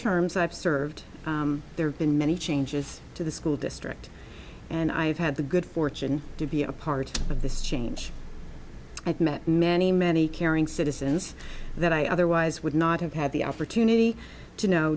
terms i've served there have been many changes to the school district and i've had the good fortune to be a part of this change i've met many many caring citizens that i otherwise would not have had the opportunity to know